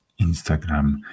Instagram